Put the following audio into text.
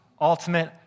ultimate